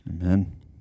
Amen